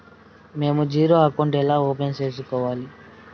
మేము zero account ఎలా open సేసుకోవాలి